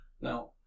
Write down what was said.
Now